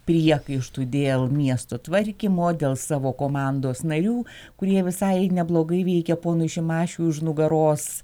priekaištų dėl miesto tvarkymo dėl savo komandos narių kurie visai neblogai veikia ponui šimašiui už nugaros